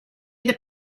that